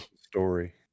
story